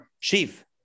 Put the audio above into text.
chief